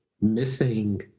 missing